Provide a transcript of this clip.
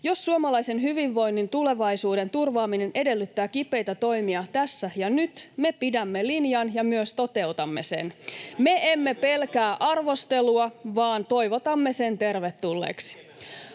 Jos suomalaisen hyvinvoinnin tulevaisuuden turvaaminen edellyttää kipeitä toimia tässä ja nyt, me pidämme linjan ja myös toteutamme sen. Me emme pelkää arvostelua vaan toivotamme sen tervetulleeksi.